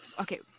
Okay